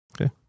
Okay